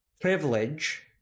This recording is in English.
privilege